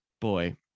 Boy